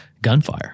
gunfire